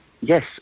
Yes